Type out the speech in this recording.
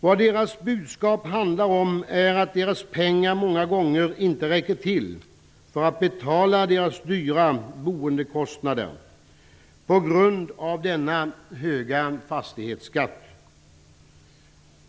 Vad deras budskap handlar om är att deras pengar många gånger inte räcker till för att betala deras dyra boendekostnader på grund av denna höga fastighetsskatt.